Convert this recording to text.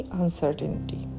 uncertainty